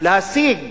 להשיג